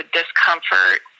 discomfort